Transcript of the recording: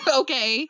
okay